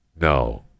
no